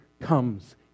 comes